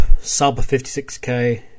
sub-56k